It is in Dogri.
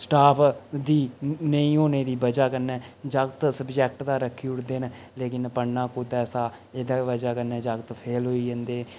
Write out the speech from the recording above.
स्टाफ दी नेईं होने दी बजह कन्नै जागत सब्जेक्ट तां रक्खी ओड़दे न लेकिन पढ़ना कोह्दे कशा एह्दी बजह कन्नै जागत फेल होई जंदे न